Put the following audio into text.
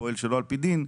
פועל שלא על פי דין,